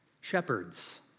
Shepherds